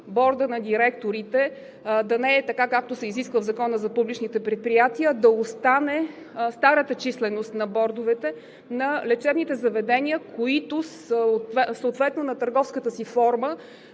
борда на директорите – да не е така, както се изисква в Закона за публичните предприятия, а да остане старата численост на бордовете на лечебните заведения, на които – съответно на търговската им форма